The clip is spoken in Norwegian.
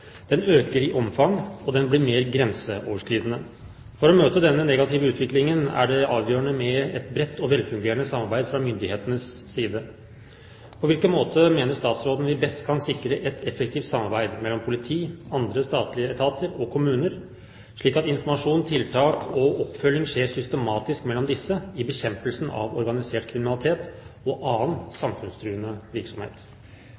møte denne negative utviklingen er det avgjørende med et bredt og velfungerende samarbeid fra myndighetenes side. På hvilke måter mener statsråden vi best kan sikre et effektivt samarbeid mellom politi, andre statlige etater og kommuner, slik at informasjon, tiltak og oppfølging skjer systematisk mellom disse i bekjempelsen av organisert kriminalitet og annen